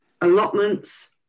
Allotments